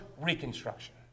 reconstruction